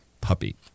puppy